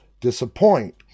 disappoint